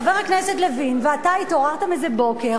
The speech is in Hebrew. חבר הכנסת לוין ואתה התעוררתם איזה בוקר